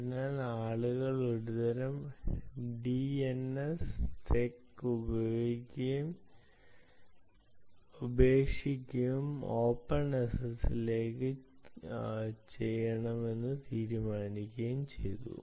അതിനാൽ ആളുകൾ ഒരുതരം ഡിഎൻഎസ്സെക്ക് ഉപേക്ഷിക്കുകയും ഓപ്പൺ എസ്എസ്എല്ലിൽ ചെയ്യണമെന്ന് തീരുമാനിക്കുകയും ചെയ്തു